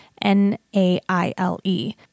N-A-I-L-E